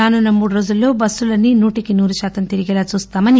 రానున్న మూడు రోజుల్లో బస్సులన్నీ నూటికి నూరు శాతం తిరిగేలా చూస్తామని